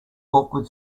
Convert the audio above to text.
awkward